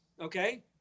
okay